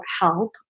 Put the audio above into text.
help